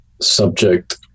subject